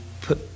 put